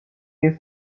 use